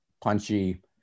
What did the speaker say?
punchy